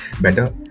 better